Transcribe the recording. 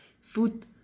food